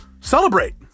celebrate